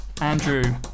Andrew